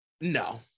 no